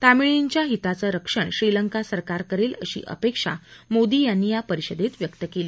तामिळींच्या हिताचं रक्षण श्रीलंका सरकार करेल अशी अपेक्षा मोदी यांनी या परिषदेत व्यक्त केली